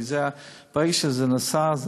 כי ברגע שזה נשא,